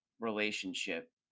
relationship